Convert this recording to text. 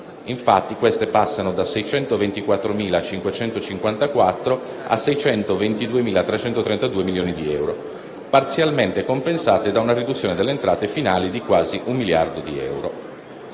Infatti queste passano da 624.554 a 622.332 milioni di euro, parzialmente compensate da una riduzione delle entrate finali di quasi un miliardo di euro.